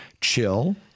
chill